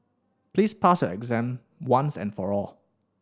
please pass your exam once and for all